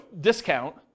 discount